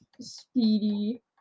Speedy